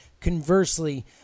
conversely